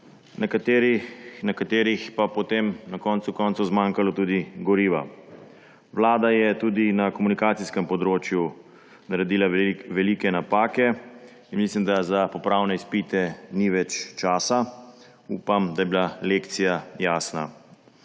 na katerih pa je potem na koncu koncev tudi zmanjkalo goriva. Vlada je tudi na komunikacijskem področju naredila velike napake. Mislim, da za popravne izpite ni več časa. Upam, da je bila lekcija jasna.